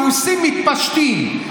הרוסים מתפשטים,